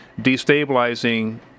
destabilizing